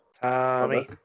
Tommy